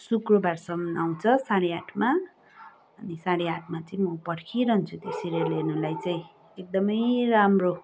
शुक्रबारसम्म आउँछ साढे आठमा अनि साढे आठमा चाहिँ म पर्खिरहन्छु त्यो सिरियल हेर्नुलाई चाहिँ एकदमै राम्रो